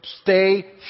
stay